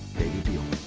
babybjorn.